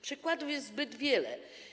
Przykładów jest zbyt wiele.